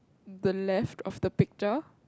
the left of the picture